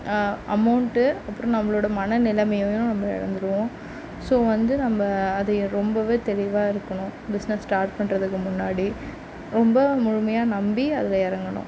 amount அப்புறம் நம்மளோட மன நிலமையும் நம்ம இழந்துடுவோம் ஸோ வந்து நம்ப அது ரொம்பவே தெளிவாக இருக்கணும் பிஸ்னஸ் ஸ்டார்ட் பண்ணுறதுக்கு முன்னாடி ரொம்ப முழுமையாக நம்பி அதில் இறங்கணும்